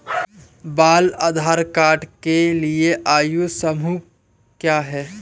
बाल आधार कार्ड के लिए आयु समूह क्या है?